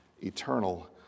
eternal